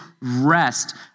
rest